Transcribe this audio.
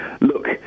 look